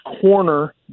corner